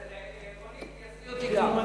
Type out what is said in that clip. רונית, תייצגי גם אותי.